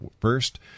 first